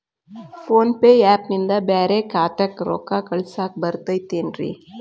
Phone pay app ನಿಂದ ಬ್ಯಾರೆ ಖಾತೆಕ್ ರೊಕ್ಕಾ ಕಳಸಾಕ್ ಬರತೈತೇನ್ರೇ?